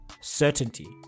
Certainty